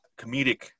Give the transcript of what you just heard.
comedic